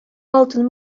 алтын